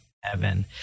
heaven